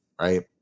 right